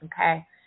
okay